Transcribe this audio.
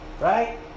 right